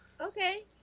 Okay